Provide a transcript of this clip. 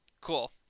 Cool